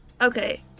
Okay